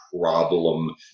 problem